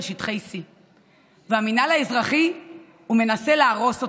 שטחי C. והמינהל האזרחי מנסה להרוס אותו.